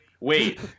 Wait